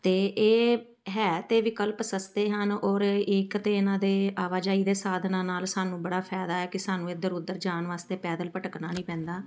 ਅਤੇ ਇਹ ਹੈ ਅਤੇ ਵਿਕਲਪ ਸਸਤੇ ਹਨ ਔਰ ਇੱਕ ਤਾਂ ਇਹਨਾਂ ਦੇ ਆਵਾਜਾਈ ਦੇ ਸਾਧਨਾਂ ਨਾਲ ਸਾਨੂੰ ਬੜਾ ਫਾਇਦਾ ਹੈ ਕਿ ਸਾਨੂੰ ਇੱਧਰ ਉੱਧਰ ਜਾਣ ਵਾਸਤੇ ਪੈਦਲ ਭਟਕਣਾ ਨਹੀਂ ਪੈਂਦਾ